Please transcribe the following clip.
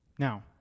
Now